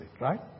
right